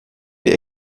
die